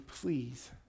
please